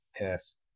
Yes